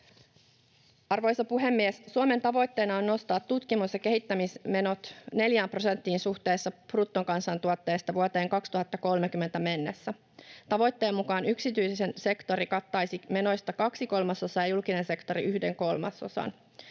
Arvoisa puhemies! Suomen tavoitteena on nostaa tutkimus- ja kehittämismenot neljään prosenttiin suhteessa bruttokansantuotteeseen vuoteen 2030 mennessä. Tavoitteen mukaan yksityinen sektori kattaisi menoista kaksi kolmasosaa ja julkinen sektori yhden kolmasosan.